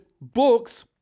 books